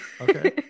okay